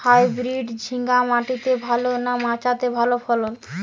Hybrid ঝিঙ্গা মাটিতে ভালো না মাচাতে ভালো ফলন?